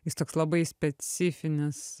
jis toks labai specifinis